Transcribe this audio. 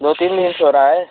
दो तीन दिन से हो रहा है